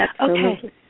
okay